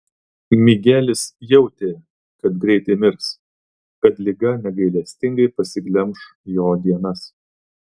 migelis jautė kad greitai mirs kad liga negailestingai pasiglemš jo dienas